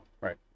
Right